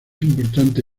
importante